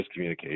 miscommunication